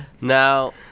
Now